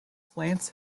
plants